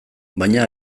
baina